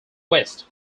west